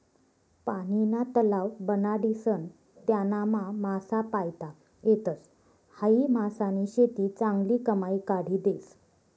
पानीना तलाव बनाडीसन त्यानामा मासा पायता येतस, हायी मासानी शेती चांगली कमाई काढी देस